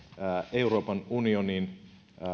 euroopan unionin